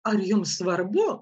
ar jums svarbu